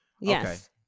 Yes